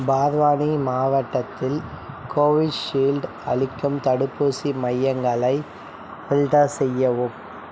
பார்வானி மாவட்டத்தில் கோவிஷீல்டு அளிக்கும் தடுப்பூசி மையங்களை ஃபில்டர் செய்யவும்